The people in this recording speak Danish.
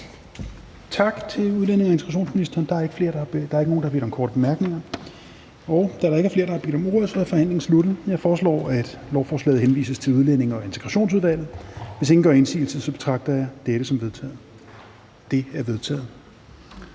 Tak til udlændinge- og integrationsministeren. Der er ikke nogen, der har bedt om korte bemærkninger. Da der ikke er flere, der har bedt om ordet, er forhandlingen sluttet. Jeg foreslår, at lovforslaget henvises til Udlændinge- og Integrationsudvalget. Hvis ingen gør indsigelse, betragter jeg dette som vedtaget. Det er vedtaget.